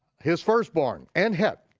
his firstborn, and heth,